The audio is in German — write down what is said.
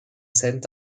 cent